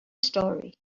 story